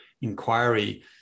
inquiry